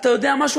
אתה יודע משהו?